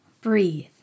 breathe